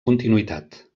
continuïtat